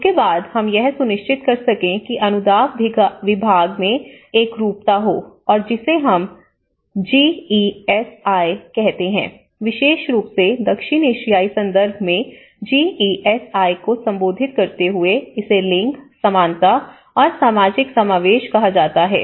उसके बाद हम यह सुनिश्चित कर सके कि अनुदान विभाग में एकरूपता हो और जिसे हम जी ई एस आई कहते हैं विशेष रूप से दक्षिण एशियाई संदर्भ में जी ई एस आई को संबोधित करते हुए इसे लिंग समानता और सामाजिक समावेश कहा जाता है